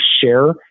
share